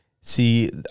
see